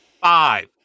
five